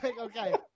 Okay